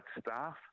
staff